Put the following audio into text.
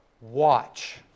Watch